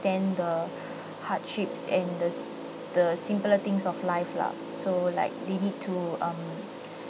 stand the hardships and the the simpler things of life lah so like they need to um